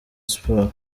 sport